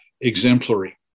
exemplary